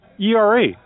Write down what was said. ERA